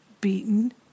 beaten